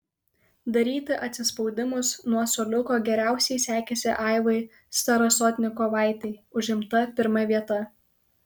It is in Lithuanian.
daryti atsispaudimus nuo suoliuko geriausiai sekėsi aivai starasotnikovaitei užimta pirma vieta